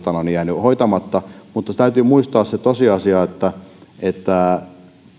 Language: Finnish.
hoitamatta mutta täytyy muistaa se tosiasia että